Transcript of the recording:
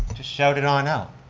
shout it on out.